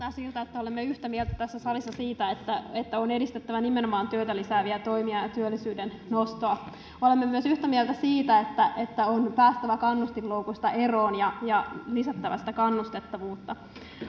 että olemme yhtä mieltä tässä salissa siitä että että on edistettävä nimenomaan työtä lisääviä toimia ja työllisyyden nostoa olemme yhtä mieltä myös siitä että on päästävä kannustinloukuista eroon ja ja lisättävä kannustavuutta